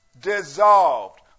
dissolved